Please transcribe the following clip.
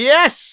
Yes